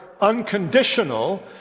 unconditional